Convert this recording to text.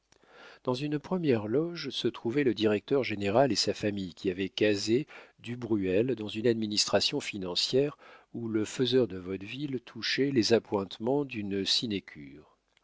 dans une première loge se trouvait le directeur-général et sa famille qui avait casé du bruel dans une administration financière où le faiseur de vaudevilles touchait les appointements d'une sinécure